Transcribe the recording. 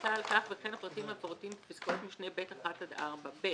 הצהרתה על כך וכן הפרטים המפורטים בפסקאות משנה (ב)(1) עד (4);